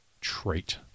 trait